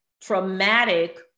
traumatic